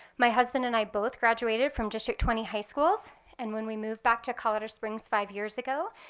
my husband and i both graduated from district twenty high schools, and when we moved back to colorado springs five years ago,